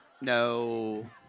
No